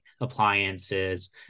appliances